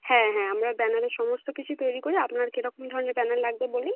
হ্যাঁ হ্যাঁ আমরা ব্যানারের সমস্ত কিছু তৈরি করি আপনার কিরকম ধরনের ব্যানার লাগবে বলুন